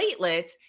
platelets